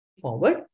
forward